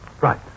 Right